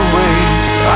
waste